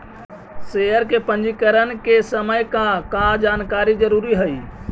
share के पंजीकरण के समय का का जानकारी जरूरी हई